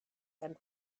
and